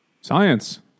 Science